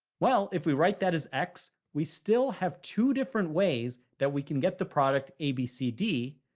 well, if we write that as x, we still have two different ways that we can get the product a, b, c, d.